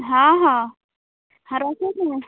ହଁ ହଁ ହଁ ରଖୁଚେଁ